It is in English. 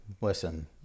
listen